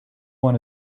one